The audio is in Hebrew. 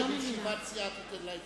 אני מציע שבישיבת סיעה תיתן לה עצות.